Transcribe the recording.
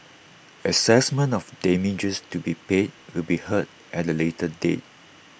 Assessment of damages to be paid will be heard at A later date